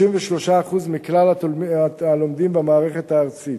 33% מכלל הלומדים במערכת הארצית,